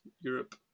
Europe